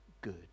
good